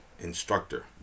instructor